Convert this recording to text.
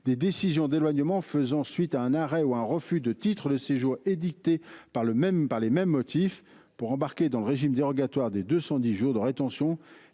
des décisions d’éloignement faisant suite à un arrêt ou à un refus de titre de séjour édicté par les mêmes motifs », pour inclure dans le régime dérogatoire des 210 jours de rétention